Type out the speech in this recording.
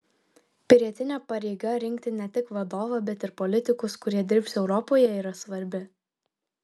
pilietinė pareiga rinkti ne tik vadovą bet ir politikus kurie dirbs europoje yra svarbi